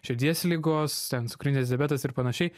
širdies ligos ten cukrinis diabetas ir panašiai